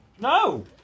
No